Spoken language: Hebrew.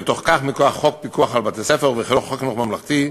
ובתוך כך מכוח חוק פיקוח על בתי-ספר וחוק חינוך ממלכתי.